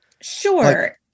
Sure